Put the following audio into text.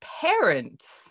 Parents